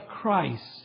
Christ